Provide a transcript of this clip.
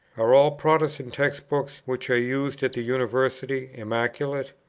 are all protestant text-books, which are used at the university, immaculate?